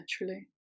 naturally